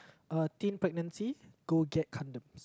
uh teen pregnancy go get condoms